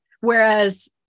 Whereas